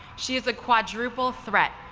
she's a quadruple threat,